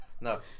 No